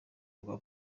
rwa